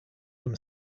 from